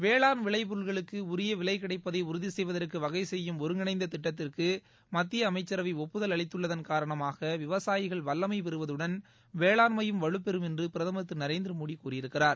வேளாண் விளைப்பொருட்களுக்கு உரிய விலை கிடைப்பதை உறுதிசெய்வதற்கு வகை செய்யும் ஒருங்கிணைந்த திட்டத்திற்கு மத்திய அமைச்சரவை ஒப்புதல் அளித்துள்ளதன் காரணமாக விவசாயிகள் வல்லமை பெறுவதுடன் வேளாண்மையும் வலுப்பெறுமென்று பிரதமர் திரு நரேந்திரமோடி கூறியிருக்கிறார்